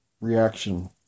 reaction